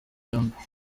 yombi